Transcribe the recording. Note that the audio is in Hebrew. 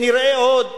ונראה עוד.